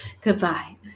goodbye